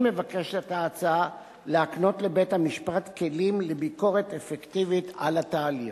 כן מבקשת ההצעה להקנות לבית-המשפט כלים לביקורת אפקטיבית על התהליך.